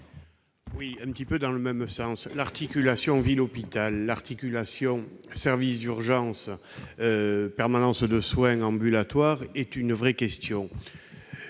vais aller un peu dans le même sens. L'articulation ville-hôpital, l'articulation services d'urgence-permanence de soins ambulatoires posent une vraie question.